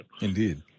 Indeed